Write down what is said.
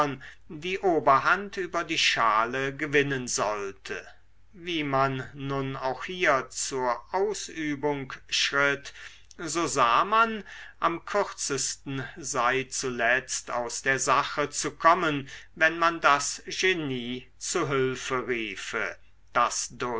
die oberhand über die schale gewinnen sollte wie man nun auch hier zur ausübung schritt so sah man am kürzesten sei zuletzt aus der sache zu kommen wenn man das genie zu hülfe riefe das